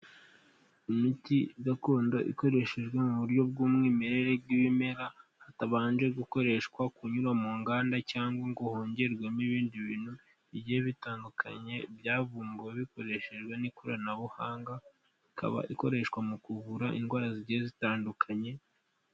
Imiti gakondo ikoreshejwe mu buryo bw'umwimerere bw'ibimera, hatabanje gukoreshwa kunyura mu nganda, cyangwa ngo hongerwemo ibindi bintu bigiye bitandukanye byavumbuwe bikoreshejwe n'ikoranabuhanga, ikaba ikoreshwa mu kuvura indwara zigiye zitandukanye.